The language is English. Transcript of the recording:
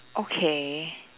okay